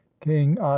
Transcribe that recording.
king